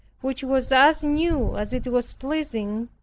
which was as new as it was pleasing,